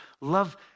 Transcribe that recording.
Love